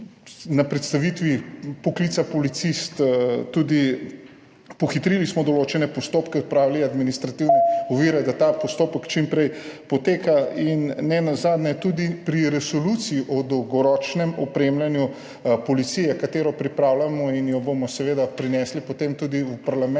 na predstavitvi poklica policist, še toliko bolj. Pohitrili smo tudi določene postopke, odpravili administrativne ovire, da ta postopek čim hitreje poteka in nenazadnje tudi pri resoluciji o dolgoročnem opremljanju policije, ki jo pripravljamo in jo bomo seveda prinesli potem tudi v parlament,